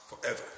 forever